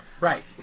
right